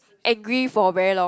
angry for very long